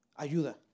ayuda